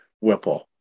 Whipple